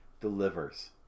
delivers